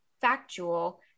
factual